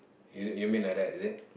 you you mean like that is it